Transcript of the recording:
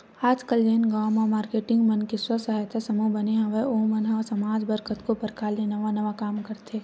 आजकल जेन गांव म मारकेटिंग मन के स्व सहायता समूह बने हवय ओ मन ह समाज बर कतको परकार ले नवा नवा काम करथे